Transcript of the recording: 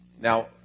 Now